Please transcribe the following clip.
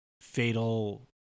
fatal